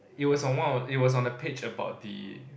it was on one it was on the page about the